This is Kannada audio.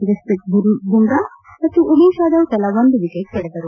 ಜಸ್ತೀತ್ ಬುಮ್ರಾ ಮತ್ತು ಉಮೇಶ್ ಯಾದವ್ ತಲಾ ಒಂದು ವಿಕೆಟ್ ಪಡೆದರು